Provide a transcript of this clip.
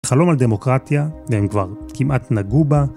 חלום על דמוקרטיה, והם כבר כמעט נגעו בה.